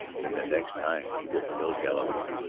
then the next time he will kill galloway.